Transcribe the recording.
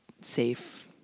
safe